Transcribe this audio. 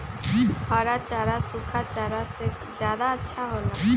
हरा चारा सूखा चारा से का ज्यादा अच्छा हो ला?